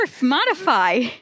modify